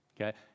Okay